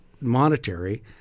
monetary